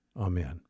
Amen